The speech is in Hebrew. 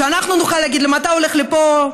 שאנחנו נוכל להגיד להם: אתה הולך לפה,